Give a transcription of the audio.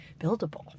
buildable